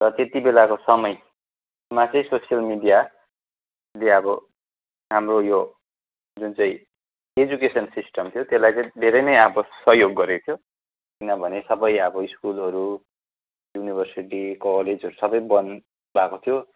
र त्यति बेलाको समयमा चाहिँ सोसियल मिडियाले अब हाम्रो यो जुन चाहिँ एजुकेसन सिस्टम थियो त्यसलाई चाहिँ धेरै नै अब सहयोग गरेको थियो किनभने सबै अब स्कुलहरू युनिभर्सिटी कलेजहरू सबै बन्द भएको थियो